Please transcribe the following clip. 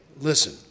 listen